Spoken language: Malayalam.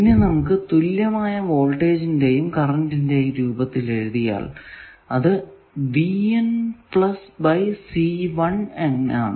ഇനി നമുക്ക് തുല്യമായ വോൾട്ടേജിന്റെയും കറന്റിന്റെയും രൂപത്തിൽ എഴുതിയാൽ അത് ആണ്